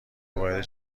وارد